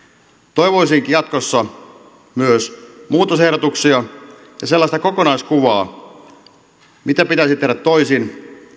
toivoisinkin jatkossa myös muutosehdotuksia ja sellaista kokonaiskuvaa mitä pitäisi tehdä toisin